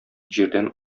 җирдән